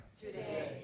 today